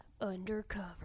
undercover